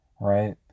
Right